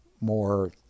more